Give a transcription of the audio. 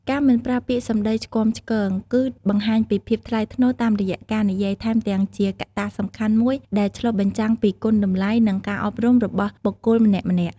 ការមិនប្រើពាក្យសម្ដីឆ្គាំឆ្គង គឺបង្ហាញពីភាពថ្លៃថ្នូរតាមរយៈការនិយាយ ថែមទាំងជាងកត្តាសំខាន់មួយដែលឆ្លុះបញ្ចាំងពី គុណតម្លៃ និង ការអប់រំរបស់បុគ្គលម្នាក់ៗ។